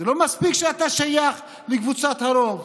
זה לא מספיק שאתה שייך לקבוצת הרוב,